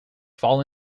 fall